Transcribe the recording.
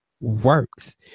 works